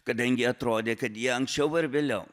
kadangi atrodė kad jie anksčiau ar vėliau